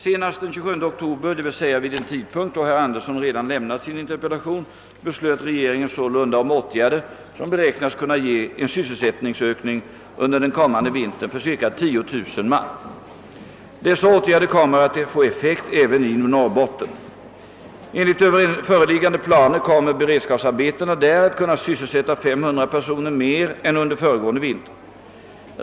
Senast den 27 oktober, d.v.s. vid en tidpunkt då herr Andersson redan lämnat sin interpellation, beslöt regeringen sålunda om åtgärder som beräknas kunna ge en sysselsättningsökning under den kommande vintern för cirka 10 000 man. Dessa åtgärder kommer att få effekt även i Norrbotten. Enligt föreliggande planer kommer beredskapsarbetena där att kunna sysselsätta 500 personer mer än under föregående vinter.